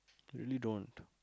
you really don't